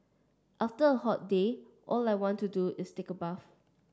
after a hot day all I want to do is take a bath